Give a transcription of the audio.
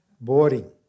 boring